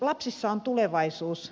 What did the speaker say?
lapsissa on tulevaisuus